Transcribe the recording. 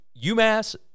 UMass